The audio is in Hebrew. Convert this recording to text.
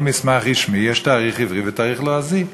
מסמך רשמי יש תאריך עברי ותאריך לועזי.